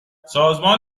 سازمان